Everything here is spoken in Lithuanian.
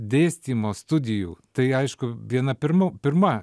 dėstymo studijų tai aišku viena pirmu pirma